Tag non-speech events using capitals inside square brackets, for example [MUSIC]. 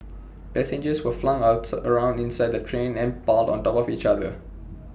passengers were flung [UNINTELLIGIBLE] around inside the train and piled on top of each other